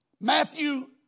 Matthew